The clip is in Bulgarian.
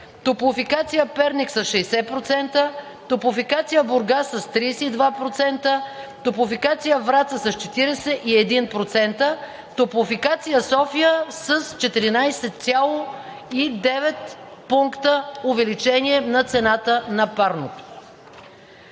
„Топлофикация – Перник“ с 60%, „Топлофикация –Бургас“ с 32%, „Топлофикация – Враца“ с 41%, „Топлофикация – София“ с 14,9 пункта увеличение на цената на парното.